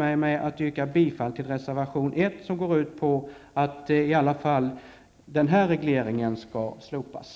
talman, att yrka bifall till reservation 1 om att i varje fall den här regleringen skall slopas.